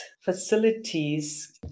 facilities